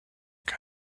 est